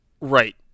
Right